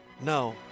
No